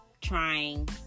trying